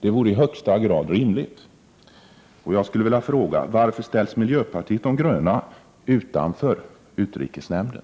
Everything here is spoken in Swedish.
Det vore i högsta grad rimligt. Jag skulle vilja fråga: Varför ställs miljöpartiet de gröna utanför utrikesnämnden?